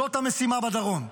זאת המשימה בדרום.